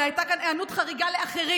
אלא הייתה כאן היענות חריגה לאחרים.